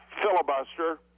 filibuster